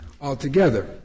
altogether